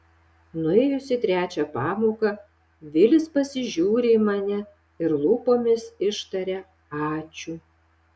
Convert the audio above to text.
nuėjus į trečią pamoką vilis pasižiūri į mane ir lūpomis ištaria ačiū